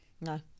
No